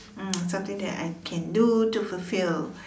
mm something that I can do to fulfill